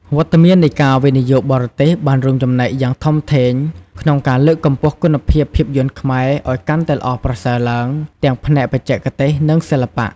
វត្តមាននៃការវិនិយោគបរទេសបានរួមចំណែកយ៉ាងធំធេងក្នុងការលើកកម្ពស់គុណភាពភាពយន្តខ្មែរឱ្យកាន់តែល្អប្រសើរឡើងទាំងផ្នែកបច្ចេកទេស និងសិល្បៈ។